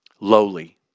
Lowly